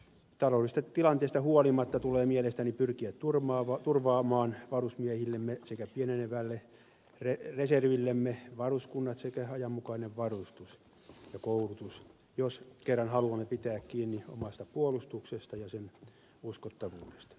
taloudellisesta tilanteesta huolimatta tulee mielestäni pyrkiä turvaamaan varusmiehillemme sekä pienenevälle reservillemme varuskunnat sekä ajanmukainen varustus ja koulutus jos kerran haluamme pitää kiinni omasta puolustuksesta ja sen uskottavuudesta